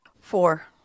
Four